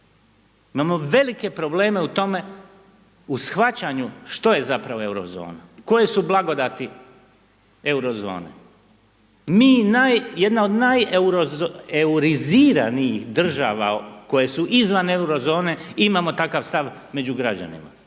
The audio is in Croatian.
imamo velike probleme u tome u shvaćanju što je zapravo euro zona, koje su blagodati euro zone. Mi jedna od najeuriziranih države koje su izvan euro zone imamo takav stav među građanima,